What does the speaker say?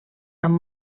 amb